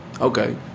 okay